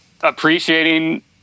appreciating